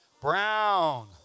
brown